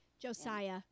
Josiah